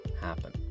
happen